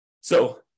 So-